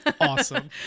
awesome